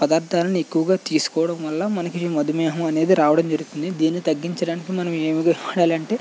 పదార్ధాలని ఎక్కువగా తీసుకొవడం వల్ల మనకి మధుమేహం అనేది రావడం జరుగుతుంది దీన్ని తగ్గించడానికి మనం ఏమి ఏమి వాడాలి అంటే